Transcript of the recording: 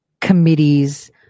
committees